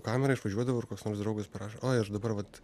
kamerą išvažiuodavau ir koks nors draugas parašo oi aš dabar vat